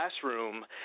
classroom